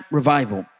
revival